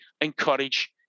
encourage